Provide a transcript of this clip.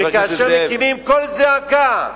וכאשר מקימים קול זעקה,